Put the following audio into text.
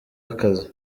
akazi